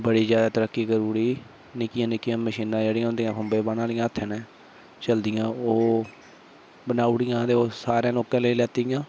बड़ी ज्यादा तरक्की करुड़ी निक्कियां नक्कियां मशीनां जेह्ड़ियां होंदियां खूम्बे बाह्ने आह्ली हत्थै ने चलदियां ओह् बनाऊडियां ते ओह् सारें लोकें लेई लैतियां